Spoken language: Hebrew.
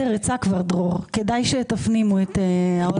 כרגע אין מגבלה,